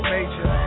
Major